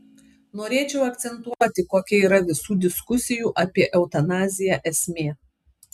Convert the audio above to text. norėčiau akcentuoti kokia yra visų diskusijų apie eutanaziją esmė